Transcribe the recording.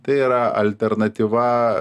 tai yra alternatyva